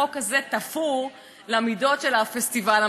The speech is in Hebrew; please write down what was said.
החוק הזה תפור למידות של הפסטיבל.